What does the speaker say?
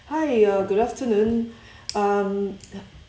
hi uh good afternoon um